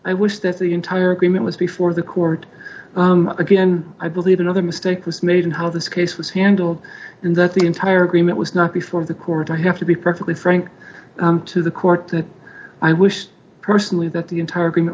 i wish that the entire agreement was before the court again i believe another mistake was made in how this case was handled and that the entire agreement was not before the court i have to be perfectly frank to the court that i wished personally that the entire